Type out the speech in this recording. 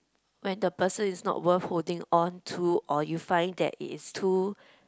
when the person is not worth holding on to or you find that it is too